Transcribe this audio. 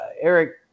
Eric